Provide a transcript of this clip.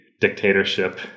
dictatorship